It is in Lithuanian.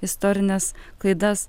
istorines klaidas